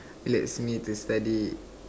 it lets me to study